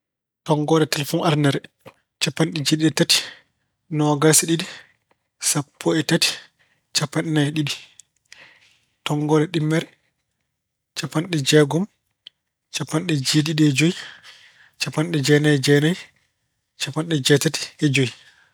Tonngoode telefoŋ aranere: capanɗe jeeɗiɗi e tati, noogaas e ɗiɗi, sappo e tati. capanɗe nayi e ɗiɗi. Tonngoode ɗimmere: capanɗe jeegom, capanɗe jeeɗiɗi e joyi, capanɗe jeenayi e jeenayi, capanɗe jeetati e joyi.